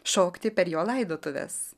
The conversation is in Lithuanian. šokti per jo laidotuves